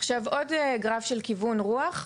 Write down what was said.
עוד גרף של כיוון רוח,